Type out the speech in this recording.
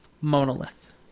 monolith